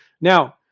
now